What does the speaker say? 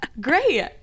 great